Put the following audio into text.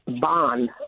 bond